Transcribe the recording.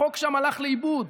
החוק שם הלך לאיבוד,